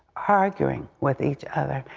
arguing with each other.